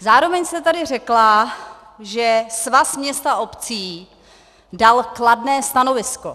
Zároveň jste tady řekla, že Svaz měst a obcí dal kladné stanovisko.